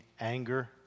anger